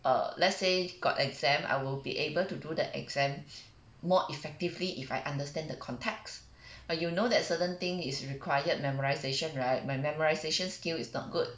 err let's say got exam I will be able to do the exam more effectively if I understand the context but you know that certain thing is required memorization right my memorization skill is not good